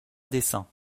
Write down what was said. dessin